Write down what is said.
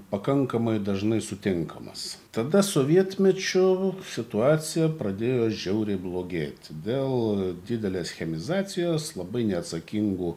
pakankamai dažnai sutinkamas tada sovietmečiu situacija pradėjo žiauriai blogėt dėl didelės chemizacijos labai neatsakingų